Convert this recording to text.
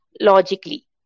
logically